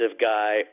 guy